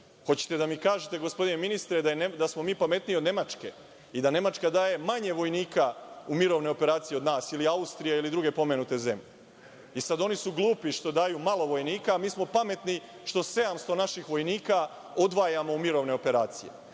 Hoćete da mi kažete, gospodine ministre, da smo mi pametniji od Nemačke i da Nemačka daje manje vojnika u mirovne operacije od nas ili Austrija ili druge pomenute zemlje i sada oni su glupi što daju malo vojnika a mi smo pametni što 700 naših vojnika odvajamo u mirovne operacije? Zato